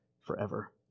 forever